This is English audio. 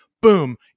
Boom